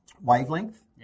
wavelength